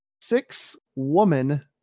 six-woman